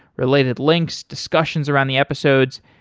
related links, discussions around the episodes.